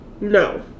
no